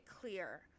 clear